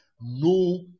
no